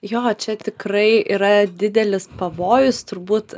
jo čia tikrai yra didelis pavojus turbūt